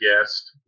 guest